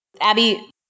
Abby –